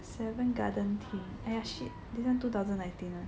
Seven Garden Tea !aiya! shit this is two thousand nineteen [one]